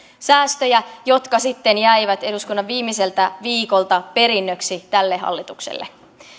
säästöjä jotka sitten jäivät eduskunnan viimeiseltä viikolta perinnöksi tälle hallitukselle